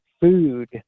food